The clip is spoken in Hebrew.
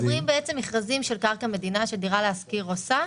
אנחנו מדברים על מכרזים של קרקע מדינה שדירה להשכיר עושה.